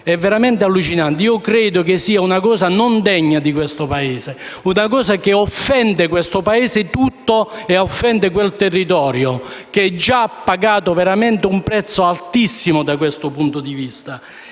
È veramente allucinante! Io credo che sia una cosa non degna di questo Paese, una cosa che offende che offende questo Paese tutto e offende quel territorio che ha già pagato un prezzo veramente altissimo da questo punto di vista.